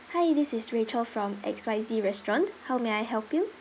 hi this is rachel from X Y Z restaurant how may I help you